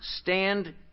stand